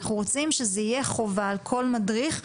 אנחנו רוצים שזאת תהיה חובה על כל מדריך,